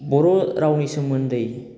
बर' रावनि सोमोन्दै